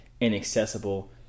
inaccessible